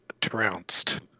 trounced